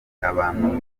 abantu